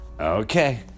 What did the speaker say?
Okay